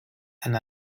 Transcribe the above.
and